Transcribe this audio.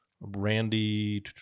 Randy